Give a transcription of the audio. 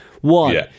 One